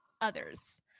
others